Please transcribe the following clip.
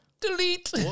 Delete